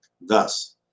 Thus